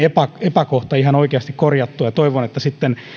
epäkohdan ihan oikeasti korjattua ja toivon että sitten